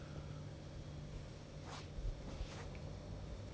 没有 lah no lah it's not like 都 we are just renting [what] so